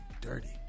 dirty